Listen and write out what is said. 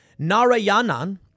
Narayanan